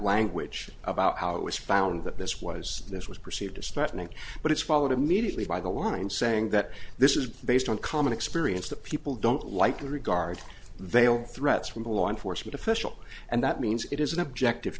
language about how it was found that this was this was perceived as threatening but it's followed immediately by the line saying that this is based on common experience that people don't like to regard veiled threats from the law enforcement official and that means it is an objective